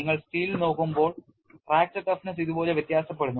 നിങ്ങൾ steel നോക്കുമ്പോൾ fracture toughness ഇതുപോലെ വ്യത്യാസപ്പെടുന്നു